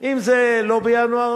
אם זה לא בינואר,